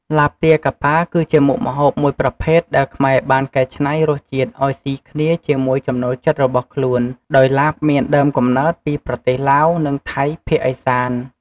ឡាបទាកាប៉ា គឺជាមុខម្ហូបមួយប្រភេទដែលខ្មែរបានកែច្នៃរសជាតិឱ្យស៊ីគ្នាជាមួយចំណូលចិត្តរបស់ខ្លួន ដោយឡាបមានដើមកំណើតពីប្រទេសឡាវ និងថៃភាគឦសាន។